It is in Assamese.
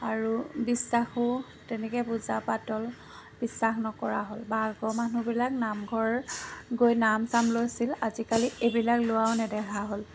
আৰু বিশ্বাসো তেনেকৈ পূজা পাতল বিশ্বাস নকৰা হ'ল বা আগৰ মানুহবিলাক নামঘৰ গৈ নাম চাম লৈছিল আজিকালি এইবিলাক লোৱাও নেদেখা হ'ল